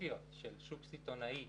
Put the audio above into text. הספציפיות של שוק סיטונאי